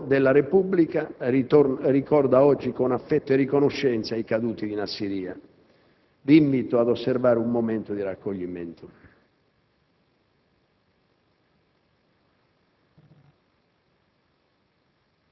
Il Senato della Repubblica ricorda oggi con affetto e riconoscenza i caduti di Nasiriya. Vi invito ad osservare un momento di raccoglimento.